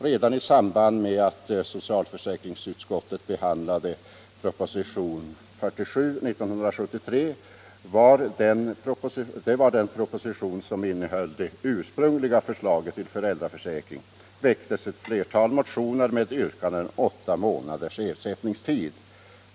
Redan i samband med att socialförsäkringsutskottet behandlade proposition nr 47 år 1973 — det var den proposition som innehöll det ursprungliga förslaget till föräldraförsäkring — väcktes ett flertal motioner med yrkanden om åtta månaders ersättningstid.